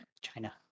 China